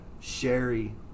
Sherry